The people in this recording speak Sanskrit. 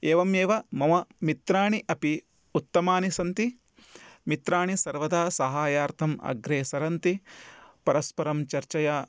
एवमेव मम मित्राणि अपि उत्तमानि सन्ति मित्राणि सर्वदा सहायार्थम् अग्रे सरन्ति परस्परं चर्चया